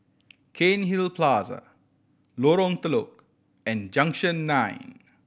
Cairnhill Plaza Lorong Telok and Junction Nine